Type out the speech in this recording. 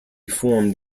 formed